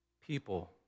people